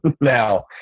now